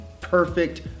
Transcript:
perfect